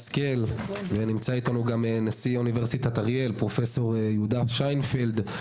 נמצא אתנו גם נשיא אוניברסיטת אריאל פרופ' יהודה שינפלד,